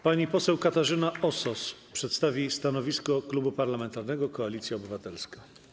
Pani poseł Katarzyna Osos przedstawi stanowisko Klubu Parlamentarnego Koalicja Obywatelska.